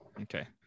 Okay